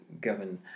govern